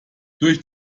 durch